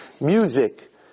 Music